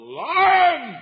lion